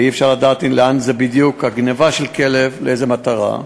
ואי-אפשר לדעת לאן בדיוק גנבת הכלב, לאיזו מטרה.